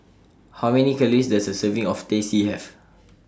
How Many Calories Does A Serving of Teh C Have